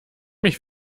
mich